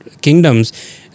kingdoms